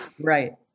right